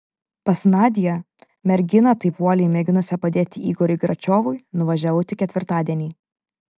pas nadią merginą taip uoliai mėginusią padėti igoriui gračiovui nuvažiavau tik ketvirtadienį